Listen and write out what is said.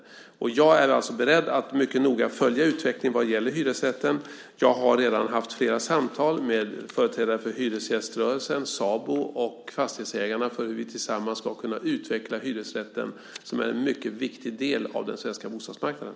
Och jag är alltså beredd att mycket noga följa utvecklingen vad gäller hyresrätten. Jag har redan haft flera samtal med företrädare för hyresgäströrelsen, SABO och fastighetsägarna när det gäller hur vi tillsammans ska kunna utveckla hyresrätten, som är en mycket viktig del av den svenska bostadsmarknaden.